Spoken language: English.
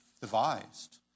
devised